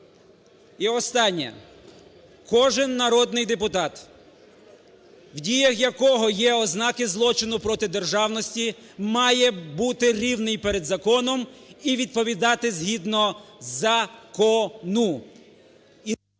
І, останнє, кожен народний депутат в діях якого є ознаки злочину проти державності має бути рівний перед законом і відповідати згідно закону.